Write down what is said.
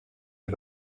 est